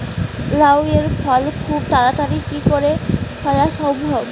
লাউ এর ফল খুব তাড়াতাড়ি কি করে ফলা সম্ভব?